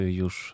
już